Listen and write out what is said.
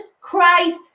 Christ